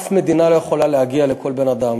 אף מדינה לא יכולה להגיע לכל בן-אדם.